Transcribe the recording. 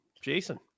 Jason